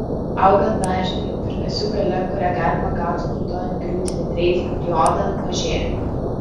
augant dažniui virpesių galia kurią galima gauti naudojant griūtinį dreifinį diodą mažėja